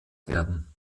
werden